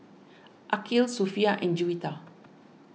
Aqil Sofea and Juwita